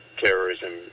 terrorism